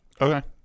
Okay